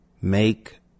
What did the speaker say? Make